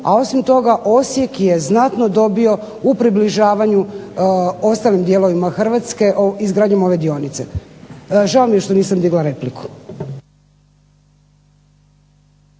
a osim toga Osijek je znatno dobio u približavanju ostalim dijelovima Hrvatske izgradnjom ove dionice. Žao mi je što nisam digla repliku.